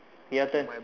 your turn